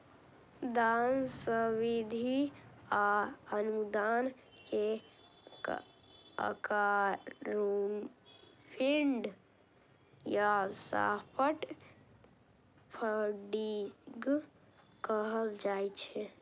दान, सब्सिडी आ अनुदान कें क्राउडफंडिंग या सॉफ्ट फंडिग कहल जाइ छै